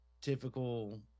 typical